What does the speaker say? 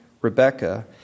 Rebecca